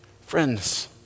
Friends